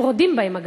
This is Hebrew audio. והם רודים בהם,